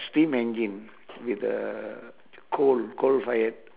steam engine with a coal coal fire